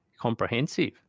comprehensive